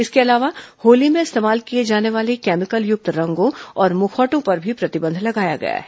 इसके अलावा होली में इस्तेमाल किए जाने वाले केमिकल युक्त रंगों और मुखौटों पर भी प्रतिबंध लगाया गया है